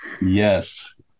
Yes